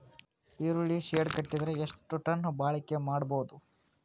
ಈರುಳ್ಳಿ ಶೆಡ್ ಕಟ್ಟಿದರ ಎಷ್ಟು ಟನ್ ಬಾಳಿಕೆ ಮಾಡಬಹುದು?